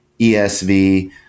ESV